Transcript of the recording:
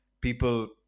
people